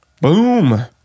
Boom